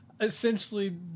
essentially